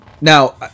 now